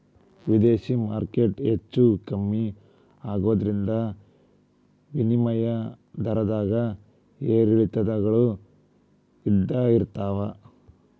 ವಿದೇಶಿ ಮಾರ್ಕೆಟ್ ಹೆಚ್ಚೂ ಕಮ್ಮಿ ಆಗೋದ್ರಿಂದ ವಿನಿಮಯ ದರದ್ದಾಗ ಏರಿಳಿತಗಳು ಇದ್ದ ಇರ್ತಾವ